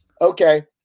okay